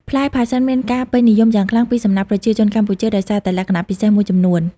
ផ្លែផាសសិនមានការពេញនិយមយ៉ាងខ្លាំងពីសំណាក់ប្រជាជនកម្ពុជាដោយសារតែលក្ខណៈពិសេសមួយចំនួន។